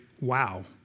wow